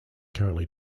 currently